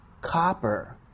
copper